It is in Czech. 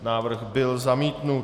Návrh byl zamítnut.